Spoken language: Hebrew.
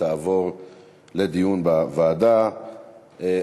תועבר לדיון בוועדת